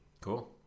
Cool